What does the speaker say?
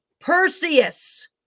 Perseus